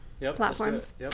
platforms